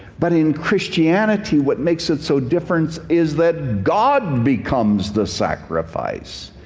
but in christianity what makes it so difference is that god becomes the sacrifice.